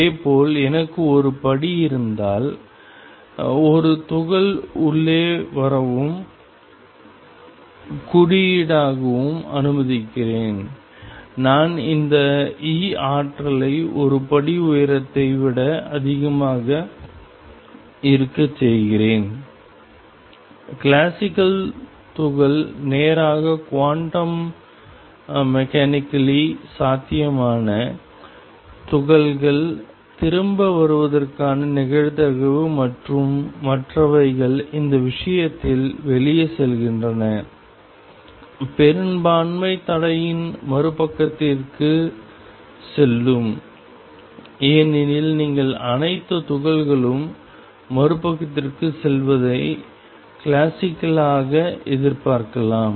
இதேபோல் எனக்கு ஒரு படி இருந்தால் ஒரு துகள் உள்ளே வரவும் குறியீடாகவும் அனுமதிக்கிறேன் நான் இந்த E ஆற்றலை படி உயரத்தை விட அதிகமாக இருக்கச் செய்கிறேன் கிளாசிக்கல் துகள் நேராக குவாண்டம் மெக்கானிக்கல்லி சாத்தியமான துகள்கள் திரும்ப வருவதற்கான நிகழ்தகவு மற்றும் மற்றவைகள் இந்த விஷயத்தில் வெளியே செல்கின்றன பெரும்பான்மை தடையின் மறுபக்கத்திற்குச் செல்லும் ஏனெனில் நீங்கள் அனைத்து துகள்களும் மறுபக்கத்திற்குச் செல்வதை கிளாசிக்கலாக எதிர்பார்க்கலாம்